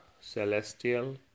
celestial